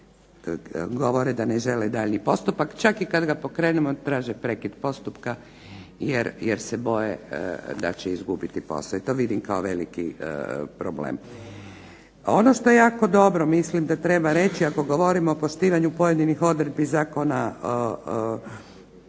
govore da ne žele daljnji postupak čak kada ga pokrenemo traže prekid postupka jer se boje da će izgubiti posao i to vidim kao veliki problem. Ono što je jako dobro mislim da treba reći ako govorimo o poštivanju pojedinih odredbi Zakona